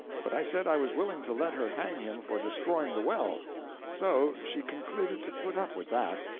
but i said i was willing to let her hang him for destroying the well so she concluded to put up with that,